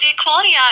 Equality